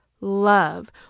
love